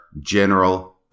general